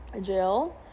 Jill